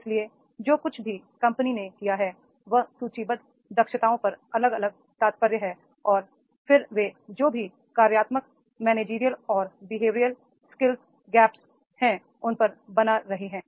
इसलिए जो कुछ भी कंपनी ने किया है वह सूचीबद्ध दक्षताओं पर अलग अलग तात्पर्य है और फिर वे जो भी कार्यात्मक मैनेजरियल और बिहेवियर स्किल गैप्स है उन पर बना रहे हैं